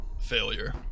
Failure